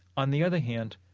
on the other hand,